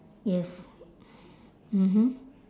yes mmhmm